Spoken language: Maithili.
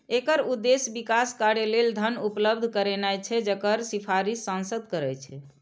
एकर उद्देश्य विकास कार्य लेल धन उपलब्ध करेनाय छै, जकर सिफारिश सांसद करै छै